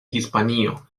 hispanio